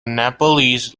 nepalese